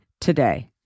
today